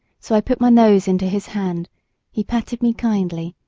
so i put my nose into his hand he patted me kindly,